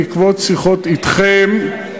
בעקבות שיחות אתכם,